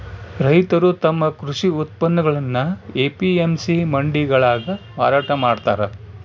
ರೈತರು ತಮ್ಮ ಕೃಷಿ ಉತ್ಪನ್ನಗುಳ್ನ ಎ.ಪಿ.ಎಂ.ಸಿ ಮಂಡಿಗಳಾಗ ಮಾರಾಟ ಮಾಡ್ತಾರ